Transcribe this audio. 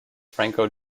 franco